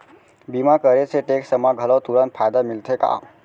बीमा करे से टेक्स मा घलव तुरंत फायदा मिलथे का?